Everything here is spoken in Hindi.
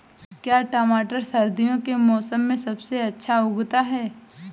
क्या टमाटर सर्दियों के मौसम में सबसे अच्छा उगता है?